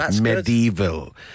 medieval